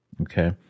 Okay